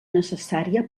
necessària